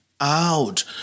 out